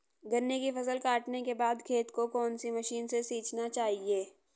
गन्ने की फसल काटने के बाद खेत को कौन सी मशीन से सींचना चाहिये?